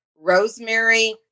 rosemary